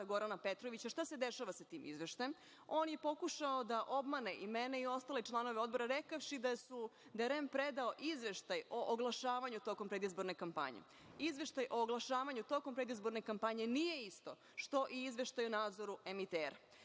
Gorana Petrovića šta se dešava sa tim izveštajem, on je pokušao da obmane i mene i ostale članove odbora, rekavši da je REM predao izveštaj o oglašavanju tokom predizborne kampanje. Izveštaj o oglašavanju tokom predizborne kampanje nije isto što i izveštaj o nadzoru